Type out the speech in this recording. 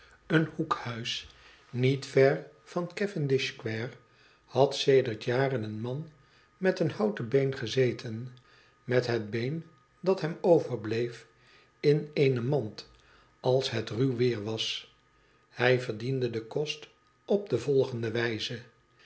had sedert jaren een man met een houten been gezeten met het been dat hem overbleef in eene mand als het ruw weer was hij verdiende den kost op de volgende wijze